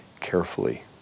carefully